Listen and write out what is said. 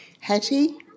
Hattie